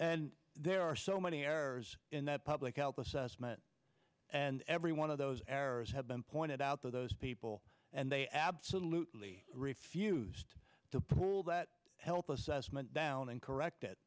and there are so many errors in that public health assessment and every one of those errors have been pointed out to those people and they absolutely refused to pull that help us down and correct it